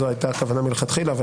זאת הייתה הכוונה מלכתחילה,